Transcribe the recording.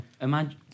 Imagine